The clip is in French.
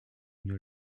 une